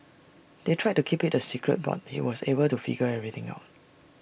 they tried to keep IT A secret but he was able to figure everything out